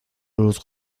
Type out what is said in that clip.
los